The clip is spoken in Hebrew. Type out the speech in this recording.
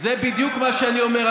זה בדיוק מה שאני אומר.